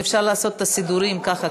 אם אפשר לעשות את הסידורים ככה,